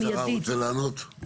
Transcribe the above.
מישהו בקצרה רוצה לענות?